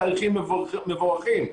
תהליכים מבורכים.